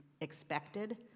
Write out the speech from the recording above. expected